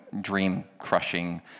dream-crushing